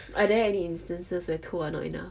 are there any instances where two are not enough